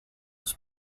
was